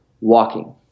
walking